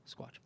Squatch